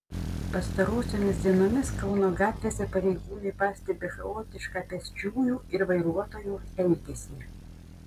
pastarosiomis dienomis kauno gatvėse pareigūnai pastebi chaotišką pėsčiųjų ir vairuotojų elgesį